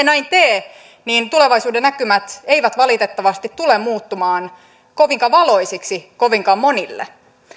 näin tee niin tulevaisuudennäkymät eivät valitettavasti tule muuttumaan kovinkaan valoisiksi kovinkaan monille